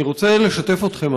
אני רוצה לשתף אתכם,